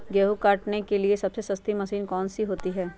गेंहू काटने के लिए सबसे सस्ती मशीन कौन सी होती है?